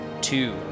two